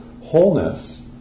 wholeness